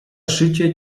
szycie